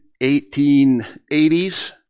1880s